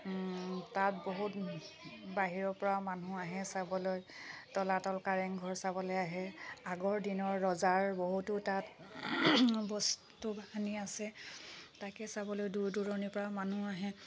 তাত বহুত বাহিৰৰপৰাও মানুহ আহে চাবলৈ তলাতল কাৰেংঘৰ চাবলৈ আহে আগৰ দিনৰ ৰজাৰ বহুতো তাত বস্তু বাহানি আছে তাকে চাবলৈ দূৰ দূৰণিৰপৰা মানুহ আহে